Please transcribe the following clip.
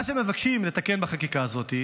מה שמבקשים לתקן בחקיקה הזאת,